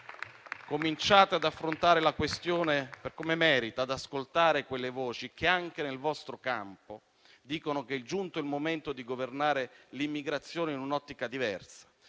cominciate ad affrontare la questione per come merita e ad ascoltare le voci che anche nel vostro campo dicono che è il giunto il momento di governare l'immigrazione in un'ottica diversa,